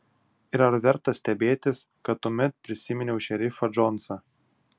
ir ar verta stebėtis kad tuomet prisiminiau šerifą džonsą